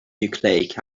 nucleic